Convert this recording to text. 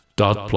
dot